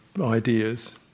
ideas